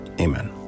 Amen